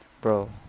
Bro